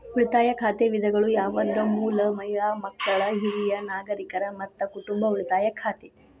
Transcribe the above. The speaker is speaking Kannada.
ಉಳಿತಾಯ ಖಾತೆ ವಿಧಗಳು ಯಾವಂದ್ರ ಮೂಲ, ಮಹಿಳಾ, ಮಕ್ಕಳ, ಹಿರಿಯ ನಾಗರಿಕರ, ಮತ್ತ ಕುಟುಂಬ ಉಳಿತಾಯ ಖಾತೆ